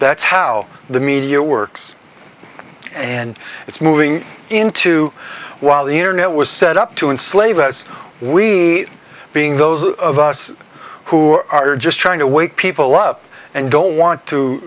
that's how the media works and it's moving into while the internet was set up to enslave us we being those of us who are just trying to wake people up and don't want to